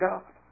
God